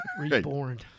Reborn